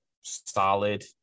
solid